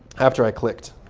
after i clicked.